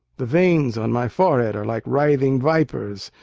the veins on my forehead are like writhing vipers,